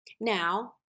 Now